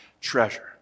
treasure